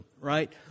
right